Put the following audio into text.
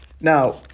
Now